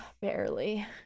Barely